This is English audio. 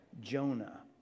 Jonah